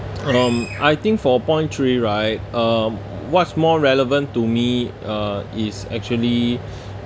um I think for point three right um what's more relevant to me uh is actually